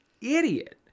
idiot